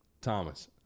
Thomas